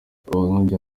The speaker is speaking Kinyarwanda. ubuhamya